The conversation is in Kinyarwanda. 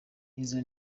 izo